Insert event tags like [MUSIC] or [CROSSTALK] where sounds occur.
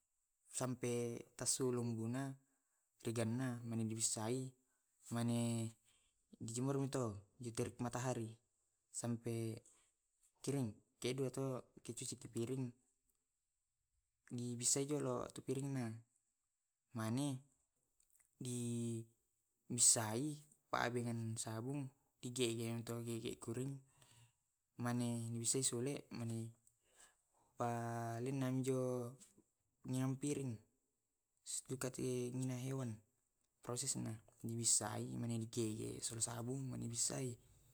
Sampe tassulum guna trigana mane [UNINTELLIGIBLE] bissai, mane di jemur [UNINTELLIGIBLE] to di terik matahari sampai kering. kedua to ko cuci piring di bissai jolo tu piringnya, mane di bissai pake dan deng sabung di gele tu gele kurung mani se sole mane palenna njo yam piring [UNINTELLIGIBLE] anunna hewan prosesnya mani bissai [UNINTELLIGIBLE] sabun manu bisai. [HESITATION]